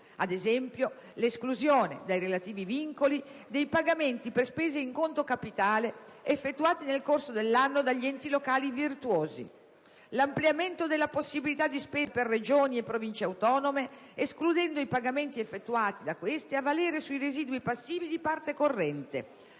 ad esempio, l'esclusione dai relativi vincoli dei pagamenti per spese in conto capitale effettuati nel corso dell'anno dagli enti locali virtuosi; l'ampliamento della possibilità di spesa per Regioni e Province autonome, escludendo i pagamenti effettuati da queste a valere sui residui passivi di parte corrente,